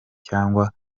cyangwa